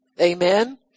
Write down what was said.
Amen